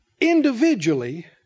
individually